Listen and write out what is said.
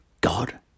god